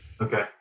okay